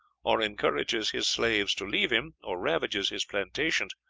or encourages his slaves to leave him, or ravages his plantations,